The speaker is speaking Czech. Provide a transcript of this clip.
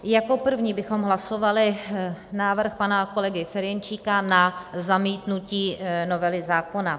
Jako první bychom hlasovali návrh pana kolegy Ferjenčíka na zamítnutí novely zákona.